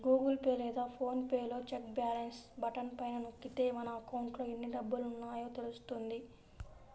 Google Pay లేదా PhonePe లో check balance button పైన నొక్కితే మన అకౌంట్లో ఎన్ని డబ్బులున్నాయో తెలుస్తుంది